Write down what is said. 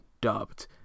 dubbed